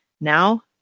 Now